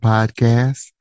Podcast